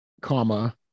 comma